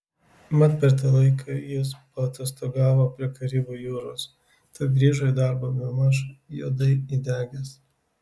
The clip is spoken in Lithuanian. mat per tą laiką jis paatostogavo prie karibų jūros tad grįžo į darbą bemaž juodai įdegęs